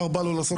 בנתניה.